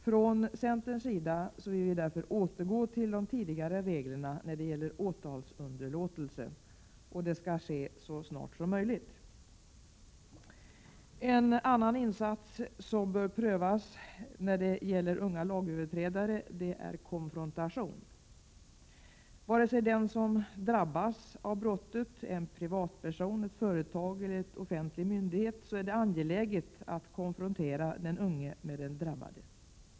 Från centerns sida vill vi därför återgå till de tidigare reglerna när det gäller åtalsunderlåtelse, och det skall ske så snart som möjligt. En annan insats som bör prövas när det gäller unga lagöverträdare är konfrontation. Vare sig den som drabbas av brottet är en privatperson, ett företag eller en offentlig myndighet, är det angeläget att konfrontera den unge med den drabbade.